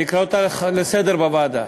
אני אקרא אותך לסדר בוועדה,